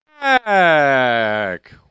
back